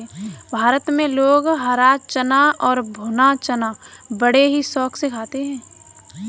भारत में लोग हरा चना और भुना चना बड़े ही शौक से खाते हैं